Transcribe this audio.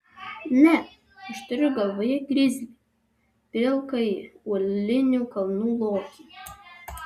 ne aš turiu galvoje grizlį pilkąjį uolinių kalnų lokį